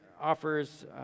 offers